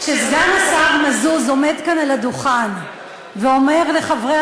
כשסגן השר מזוז עומד כאן על הדוכן ואומר לחברי